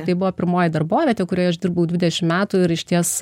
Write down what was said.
tai buvo pirmoji darbovietė kurioje aš dirbau dvidešimt metų ir išties